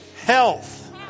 health